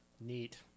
Neat